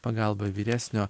pagalbą vyresnio